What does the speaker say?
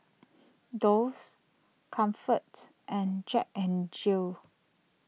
Doux Comfort and Jack N Jill